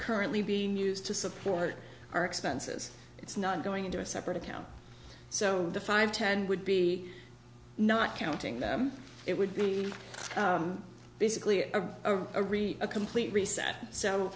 currently being used to support our expenses it's not going into a separate account so the five ten would be not counting them it would be basically a a read a complete reset so